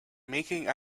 making